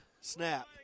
snap